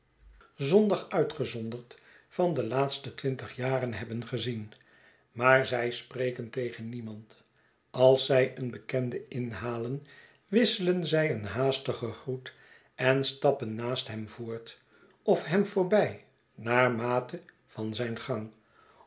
van de laatste twintigjaren hebben gezien maar zij spreken tegen niemand als zij een bekende inhalen wisselen zij een haastigen groet en stappen naast hem voort of hem voorbij naarmate van zijn gang